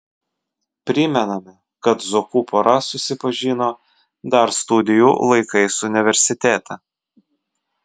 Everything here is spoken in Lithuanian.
primename kad zuokų pora susipažino dar studijų laikais universitete